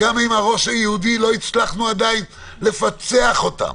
גם עם הראש היהודי והראש הישראלי לא הצלחנו עדיין לפצח אותה.